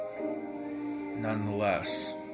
Nonetheless